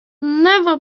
never